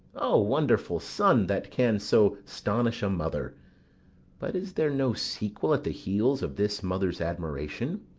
o wonderful son, that can so stonish a mother but is there no sequel at the heels of this mother's admiration?